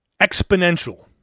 exponential